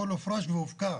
הכל הופרש והופקע.